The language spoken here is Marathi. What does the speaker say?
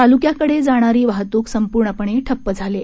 तालुक्याकडे जाणारी वाहतूक संपूर्ण ठप्प झाली आहे